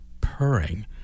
purring